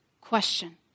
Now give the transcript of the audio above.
question